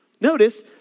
notice